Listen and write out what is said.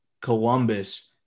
Columbus